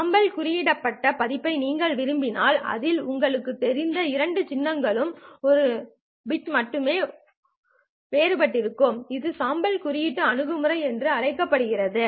சாம்பல் குறியிடப்பட்ட பதிப்பை நீங்கள் விரும்பினால் அதில் உங்களுக்குத் தெரிந்த இரண்டு சின்னங்களும் ஒரு பிட் மட்டுமே வேறுபடுகின்றன இது சாம்பல் குறியீட்டு அணுகுமுறை என்று அழைக்கப்படுகிறது